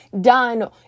done